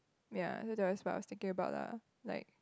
ya that was what I was thinking about lah like